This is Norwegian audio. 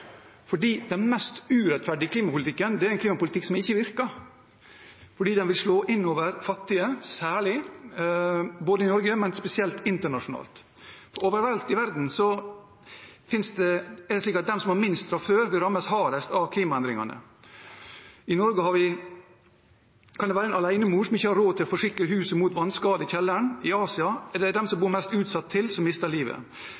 den mest urettferdige klimapolitikken er en klimapolitikk som ikke virker. Den vil særlig slå inn over fattige – i Norge, men spesielt internasjonalt. Overalt i verden er det slik at de som har minst fra før, vil rammes hardest av klimaendringene. I Norge kan det være en alenemor som ikke har råd til å forsikre huset mot vannskade i kjelleren. I Asia er det de som bor mest utsatt til, som mister livet.